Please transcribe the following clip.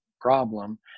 problem